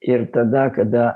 ir tada kada